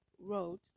wrote